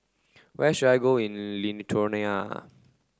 where should I go in Lithuania